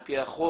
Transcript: על פי החוק,